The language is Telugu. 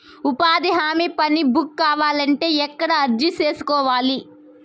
ఉపాధి హామీ పని బుక్ కావాలంటే ఎక్కడ అర్జీ సేసుకోవాలి?